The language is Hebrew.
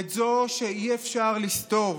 את זו שאי-אפשר לסתור,